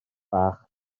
bach